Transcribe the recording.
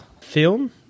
film